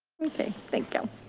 okay, thank you.